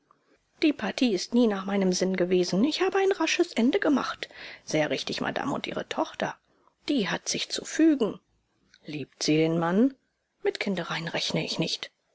die partie ist nie nach meinem sinn gewesen ich habe ein rasches ende gemacht sehr richtig madame und ihre tochter die hat sich zu fügen liebt sie den mann mit kindereien rechne ich nicht